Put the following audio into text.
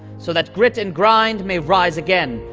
so that grit and grind may rise again,